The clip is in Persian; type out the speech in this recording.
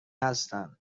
هستم